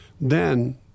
Then-